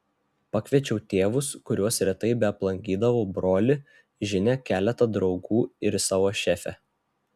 pakviečiau tėvus kuriuos retai beaplankydavau brolį žinia keletą draugų ir savo šefę